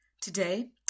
Today